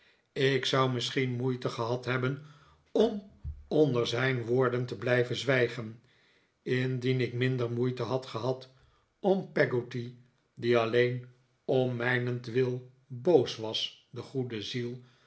ik zou misschien moeite gehad hebben om onder zijn woorden te blijven zwijgen indien ik minder moeite had gehad om peggotty die alleen om mijnentwil boos was de goede ziel